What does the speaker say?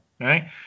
right